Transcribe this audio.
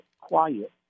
quiet